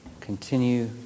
continue